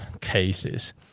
cases